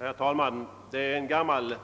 Herr talman! Det är en gammal